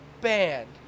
banned